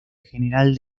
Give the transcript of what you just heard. general